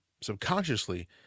subconsciously